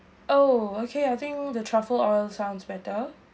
oh okay I think the truffle oil sounds better